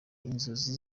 inzozi